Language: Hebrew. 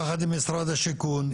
יחד עם משרד האוצר,